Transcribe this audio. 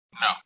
No